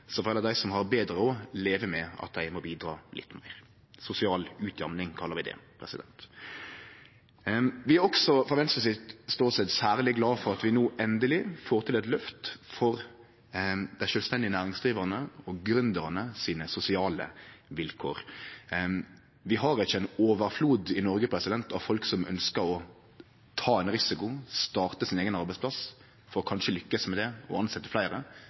Så får heller dei som har betre råd, leve med at dei må bidra litt meir. Sosial utjamning kallar vi det. Vi er frå Venstre sin ståstad særleg glade for at vi no endeleg får til eit løft for dei sosiale vilkåra til sjølvstendig næringsdrivande og gründerar. Vi har ikkje i Noreg ein overflod av folk som ønskjer å ta ein risiko, starte sin eigen arbeidsplass for kanskje å lykkast med det, og tilsetje fleire